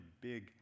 big